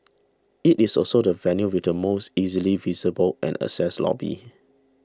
it is also the venue with the most easily visible and accessed lobby